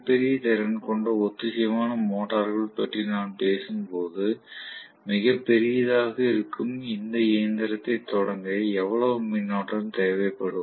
மிகப் பெரிய திறன் கொண்ட ஒத்திசைவான மோட்டார்கள் பற்றி நான் பேசும்போது மிகப் பெரியதாக இருக்கும் இந்த இயந்திரத்தைத் தொடங்க எவ்வளவு மின்னோட்டம் தேவைப்படும்